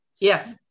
Yes